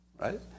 Right